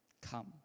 Come